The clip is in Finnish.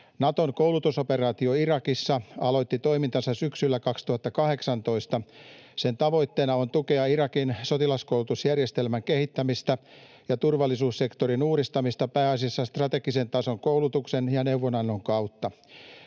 Naton koulutusoperaatio Irakissa aloitti toimintansa syksyllä 2018. Sen tavoitteena on tukea Irakin sotilaskoulutusjärjestelmän kehittämistä ja turvallisuussektorin uudistamista pääasiassa strategisen tason koulutuksen ja neuvonannon kautta.